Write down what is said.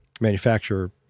manufacturer